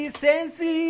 sensi